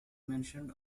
mentioned